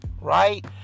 right